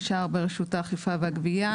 נשאר ברשות האכיפה והגבייה,